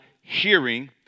hearing